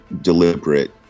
deliberate